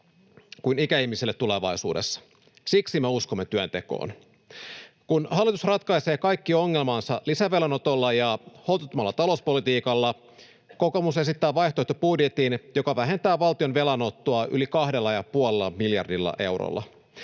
kuin ikäihmisille tulevaisuudessa. Siksi me uskomme työntekoon. Kun hallitus ratkaisee kaikki ongelmansa lisävelanotolla ja holtittomalla talouspolitiikalla, kokoomus esittää vaihtoehtobudjetin, joka vähentää valtion velanottoa yli 2,5 miljardilla eurolla.